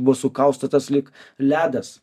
buvo sukaustytas lyg ledas